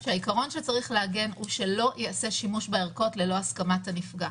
הוא שהעיקרון שצריך לעגן הוא שלא ייעשה שימוש בערכות ללא הסכמת הנפגע.